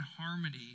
harmony